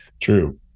True